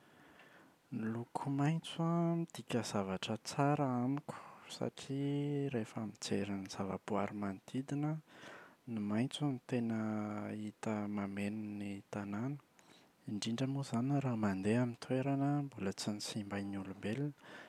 Ny loko maitso an, midika zavatra tsara amiko satria rehefa mijery ny zava-boary manodidina an, ny maitso no tena hita mameno ny tanàna. Indrindra moa izany raha mandeha amin’ny toerana mbola tsy nosimbain’ny olombelona.